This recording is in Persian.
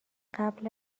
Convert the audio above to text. قبل